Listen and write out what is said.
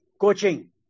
coaching